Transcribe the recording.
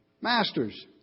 Masters